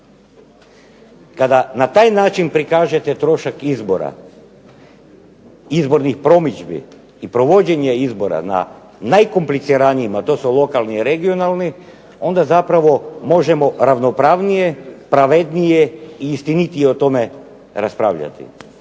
Kada na taj način prikažete trošak izbora, izbornih promidžbi i provođenje izbora na najkompliciranijima, a to su lokalni i regionalni onda zapravo možemo ravnopravnije, pravednije i istinitije o tome raspravljati.